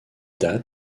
dates